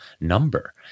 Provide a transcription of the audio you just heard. number